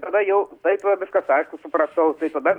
tada jau taip viskas aišku supratau tai tada